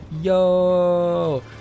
Yo